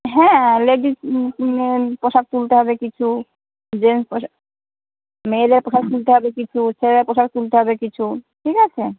হ্যাঁ ladies female পোশাক তুলতে হবে কিছু জেন্টস পোশাক মেয়েদের পোশাক তুলতে হবে কিছু ছেলেদের পোশাক তুলতে হবে কিছু ঠিক আছে